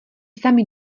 sami